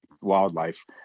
wildlife